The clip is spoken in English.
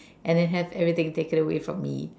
and then have everything taken away from me